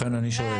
לכן אני שואל.